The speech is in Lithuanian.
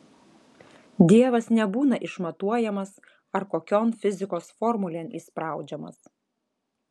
dievas nebūna išmatuojamas ar kokion fizikos formulėn įspraudžiamas